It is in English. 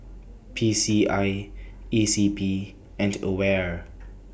P C I E C P and AWARE